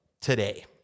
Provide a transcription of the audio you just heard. today